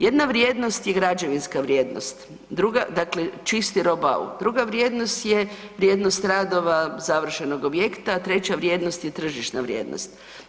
Jedna vrijednost je građevinska vrijednost, druga, dakle čisti roh bau, duga vrijednost je vrijednost radova završenog objekta, 3. vrijednost je tržišna vrijednost.